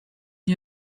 już